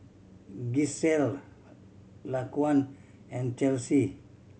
Gisselle Laquan and Chelsea